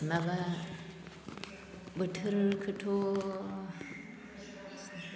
माबा बोथोरखोथ'